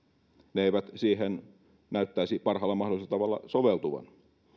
ne eivät siihen näyttäisi parhaalla mahdollisella tavalla soveltuvan